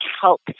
help